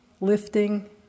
lifting